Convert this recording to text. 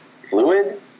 fluid